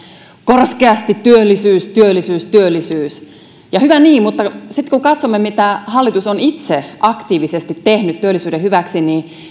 korskeasti työllisyys työllisyys työllisyys ja hyvä niin mutta sitten kun katsomme mitä hallitus on itse aktiivisesti tehnyt työllisyyden hyväksi niin